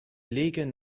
legen